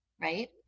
right